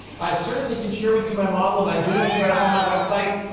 i certainly can share with you my model and i do, it's right up on my website.